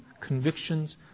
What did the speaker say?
convictions